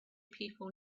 people